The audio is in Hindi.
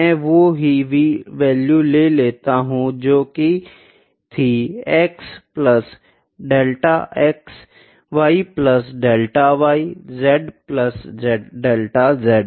मैं वो ही वैल्यू ले लेता हूँ जोकि थी x plus delta x y plus delta y z plus delta z